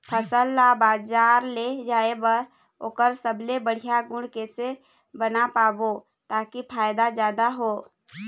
फसल ला बजार ले जाए बार ओकर सबले बढ़िया गुण कैसे बना पाबो ताकि फायदा जादा हो?